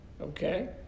okay